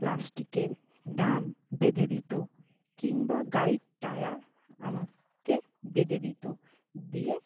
প্লাস্টিকের ড্রাম বেঁধে দিতো কিংবা গাড়ির টায়ার আমাকে বেঁধে দিতো দিয়ে